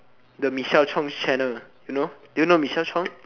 the Michelle Chong channel you know do you know Michelle Chong